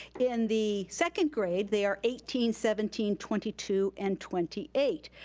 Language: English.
in the second grade, they are eighteen, seventeen, twenty two and twenty eight.